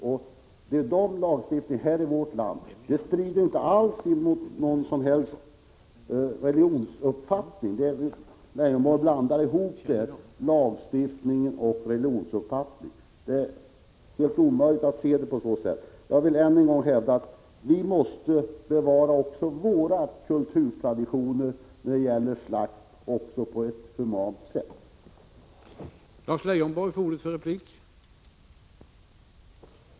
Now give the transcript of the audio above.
Det är den lagstiftningen vi har i vårt land, och den strider inte alls mot någon religionsuppfattning. Lars Leijonborg blandar ihop lagstiftning och religionsuppfattning, men det är omöjligt att se det så. Jag vill än en gång hävda att vi måste bevara också våra kulturtraditioner, Prot. 1986/87:24 även när det gäller slakt på ett humant sätt.